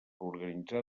organitzar